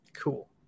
Cool